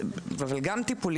גם טיפולי,